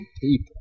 people